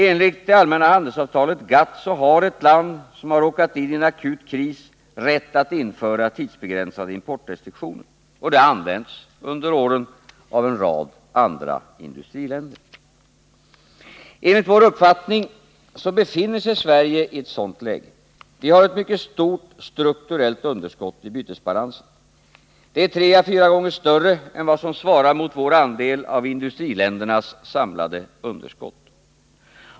Enligt det allmänna handelsavtalet GATT har ett land som har råkat in i en akut kris rätt att införa tidsbegränsade importrestriktioner. Den rätten har också använts under åren av en rad andra industriländer. Enligt vår uppfattning befinner sig Sverige i ett sådant läge. Vi har ett mycket stort strukturellt underskott i bytesbalansen. Det är tre å fyra gånger större än vad som svarar mot vår andel av industriländernas samlade underskott.